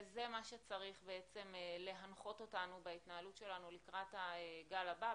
וזה מה שצריך להנחות אותנו בהתנהלות שלנו לקראת הגל הבא,